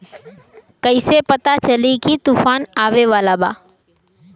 कइसे पता चली की तूफान आवा वाला बा?